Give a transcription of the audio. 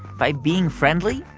by being friendly,